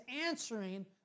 answering